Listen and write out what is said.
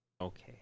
Okay